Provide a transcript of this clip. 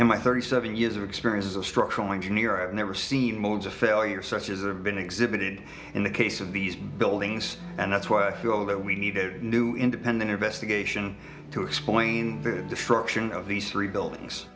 my thirty seven years of experience as a structural engineer i've never seen modes of failure such as a been exhibited in the case of these buildings and that's why i feel that we need a new independent investigation to explain the destruction of these three buildings